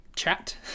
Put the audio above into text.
chat